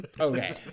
okay